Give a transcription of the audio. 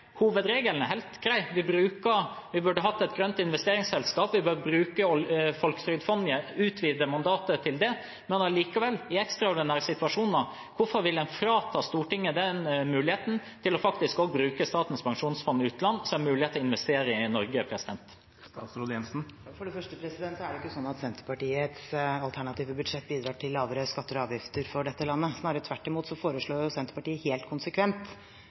Hovedregelen er helt grei, men vi burde hatt et grønt investeringsselskap, vi bør bruke Folketrygdfondet – utvide mandatet til det – men allikevel, i ekstraordinære situasjoner, hvorfor vil en frata Stortinget muligheten til faktisk å bruke Statens pensjonsfond utland som en mulighet til å investere i Norge? Senterpartiets alternative budsjett bidrar ikke til lavere skatter og avgifter for dette landet, snarere tvert imot. Senterpartiet foreslår helt konsekvent milliardskjerpelser i skattetrykket, og det må gå ut over noen, selv om man prøver å fremstille dette helt